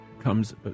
comes